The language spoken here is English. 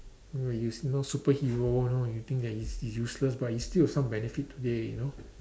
mm you know superhero you know you think that is is useless but it still got some benefit today you know